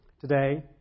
today